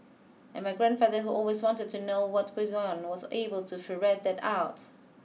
and my grandfather who always wanted to know what was gone was able to ferret that out